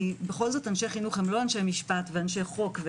בכל זאת אנשי חינוך הם לא אנשי משפט ואנשי חוק.